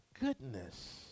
goodness